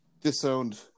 disowned